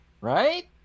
Right